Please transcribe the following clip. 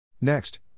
Next